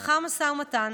לאחר משא ומתן